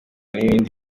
n’ibindi